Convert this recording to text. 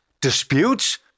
disputes